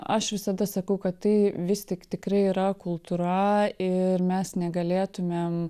aš visada sakau kad tai vis tik tikrai yra kultūra ir mes negalėtumėm